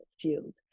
field